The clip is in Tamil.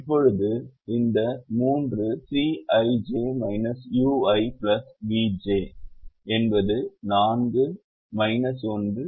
இப்போது இந்த 3 Cij ui vj uivj ui vj என்பது 4 1 3